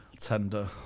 tender